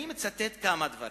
אני מצטט כמה דברים.